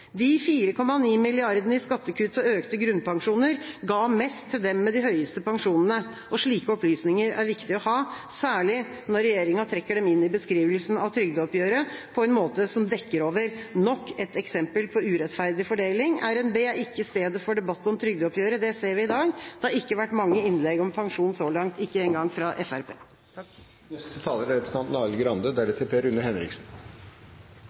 De 4,9 mrd. kr i skattekutt og økte grunnpensjoner ga mest til dem med de høyeste pensjonene. Slike opplysninger er det viktig å ha, særlig når regjeringa trekker dem inn i beskrivelsen av trygdeoppgjøret på en måte som dekker over nok et eksempel på urettferdig fordeling. RNB er ikke stedet for debatt om trygdeoppgjøret. Det ser vi i dag. Det har ikke vært mange innlegg om pensjon så langt, ikke engang fra Fremskrittspartiet. Representanten Heidi Nordby Lunde sa at regjeringens målrettede innsats er